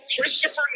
Christopher